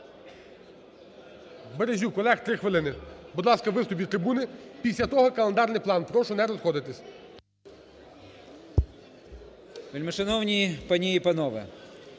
Березюк Олег, три хвилини. Будь ласка, виступ від трибуни. Після того календарний план. Прошу не розходитись. 16:35:27 БЕРЕЗЮК О.Р. Вельмишановні пані і панове,